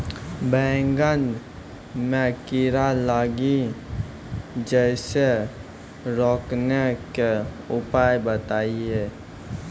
बैंगन मे कीड़ा लागि जैसे रोकने के उपाय बताइए?